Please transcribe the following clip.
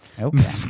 Okay